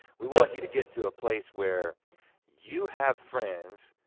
we want you to get to a place where you have friends,